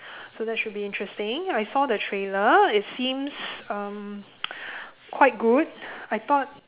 so that should be interesting I saw the trailer it seems um quite good I thought